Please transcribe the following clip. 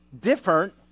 different